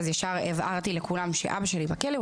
מיד הבהרתי לכולם שאבא שלי בכלא,